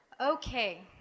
Okay